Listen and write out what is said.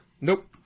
Nope